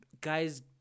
Guys